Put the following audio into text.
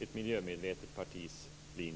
ett miljömedvetet partis linje.